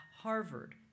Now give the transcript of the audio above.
Harvard